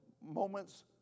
moment's